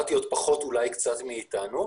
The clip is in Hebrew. אולי קצת פחות דמוקרטיות מאיתנו,